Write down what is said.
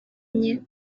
nke